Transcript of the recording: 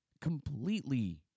completely